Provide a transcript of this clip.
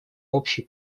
общей